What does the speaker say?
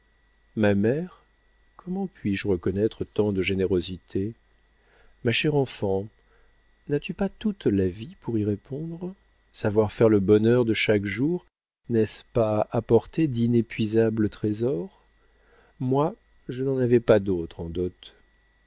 ma mère comment puis-je reconnaître tant de générosité ma chère enfant n'as-tu pas toute la vie pour y répondre savoir faire le bonheur de chaque jour n'est-ce pas apporter d'inépuisables trésors moi je n'en avais pas d'autres en dot